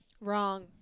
wrong